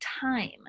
time